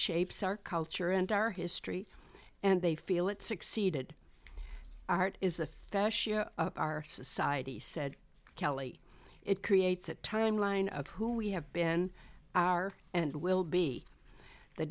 shapes our culture and our history and they feel it succeeded art is the thing our society said kelly it creates a timeline of who we have been are and will be the